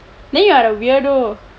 then you are a weirdo